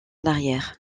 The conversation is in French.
l’arrière